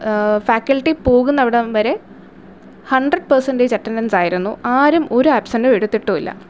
faculty പോകുന്നത് വരെ hundred percentage അറ്റൻഡൻസ്സായിരുന്നു ആരും ഒരാബ്സൻടും എടുത്തിട്ടില്ല